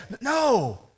no